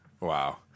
Wow